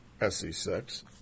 SC6